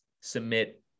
submit